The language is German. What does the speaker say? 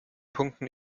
punkten